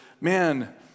man